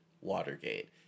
Watergate